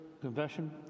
confession